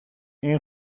این